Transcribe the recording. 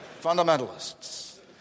fundamentalists